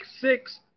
six